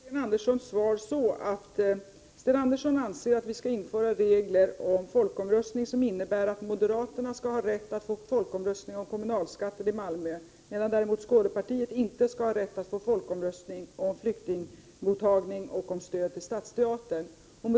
Herr talman! Jag har uppfattat Sten Anderssons i Malmö svar så att Sten Andersson anser att vi skall införa regler om folkomröstning, som innebär att moderaterna skall få rätt att påkalla en folkomröstning om kommunalskatten i Malmö, medan däremot Skånepartiet inte skall ha rätt att påkalla en folkomröstning om flyktingmottagningen och om stadsteatern.